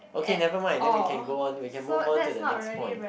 okay never mind then we can go on we can move on to the next point